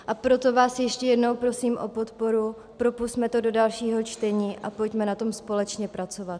A proto vás ještě jednou prosím o podporu, propusťme to do dalšího čtení a pojďme na tom společně pracovat.